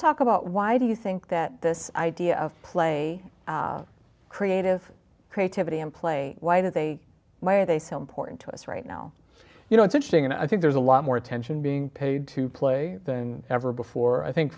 talk about why do you think that this idea of play creative creativity in play why do they are they so important to us right now you know it's interesting and i think there's a lot more attention being paid to play than ever before i think